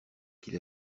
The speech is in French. qu’il